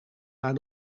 naar